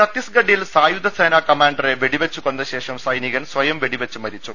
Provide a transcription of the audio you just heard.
ഛത്തീസ്ഗഡിൽ സായുധസേനാ കമാൻഡറെ വെടിവെച്ചു കൊന്ന ശേഷം സൈനികൻ സ്വയം വെടിവെച്ച് മരിച്ചു